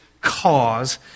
cause